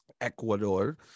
ecuador